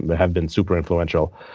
but have been super influential.